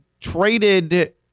traded